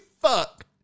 fuck